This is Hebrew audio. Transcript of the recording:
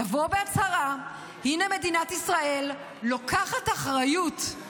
לבוא בהצהרה: הינה מדינת ישראל לוקחת אחריות,